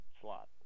slot